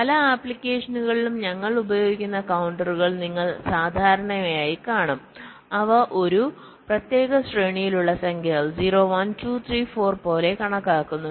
പല ആപ്ലിക്കേഷനുകളിലും ഞങ്ങൾ ഉപയോഗിക്കുന്ന കൌണ്ടറുകൾ നിങ്ങൾ സാധാരണയായി കാണും അവ ഒരു പ്രത്യേക ശ്രേണിയിലുള്ള സംഖ്യകൾ 0 1 2 3 4 പോലെ കണക്കാക്കുന്നു